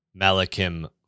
Malachim